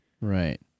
right